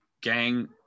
gang